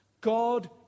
God